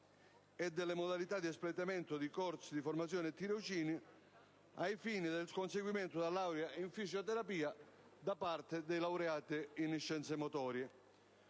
e delle modalità di espletamento di corsi di formazione e tirocinio ai fini del conseguimento della laurea in fisioterapia da parte dei laureati in scienze motorie.